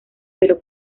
pero